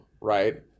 right